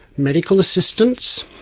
medical assistance.